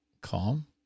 calm